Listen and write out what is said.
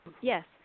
yes